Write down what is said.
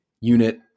unit